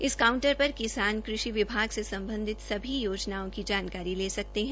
इस काउंटर पर किसान कृषि विभाग से सम्बधित सभी योजनाओं की जानकारी ले सकते है